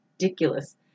Ridiculous